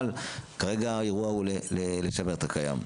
אבל כרגע האירוע הוא לשמר את הקיים.